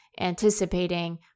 anticipating